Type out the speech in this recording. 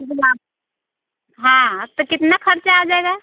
हाँ तो कितना खर्चा आ जाएगा